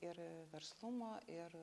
ir verslumo ir